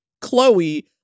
Chloe